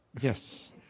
Yes